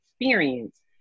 experience